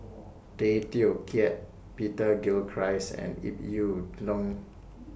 Tay Teow Kiat Peter Gilchrist and Ip Yiu Tung